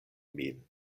min